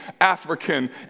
African